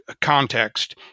context